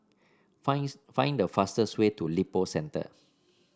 finds find the fastest way to Lippo Centre